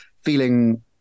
feeling